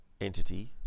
entity